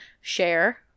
Share